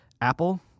Apple